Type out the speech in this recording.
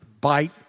bite